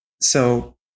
So-